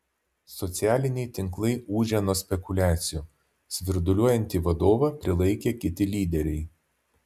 socialiniai tinklai ūžia nuo spekuliacijų svirduliuojantį vadovą prilaikė kiti lyderiai